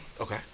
Okay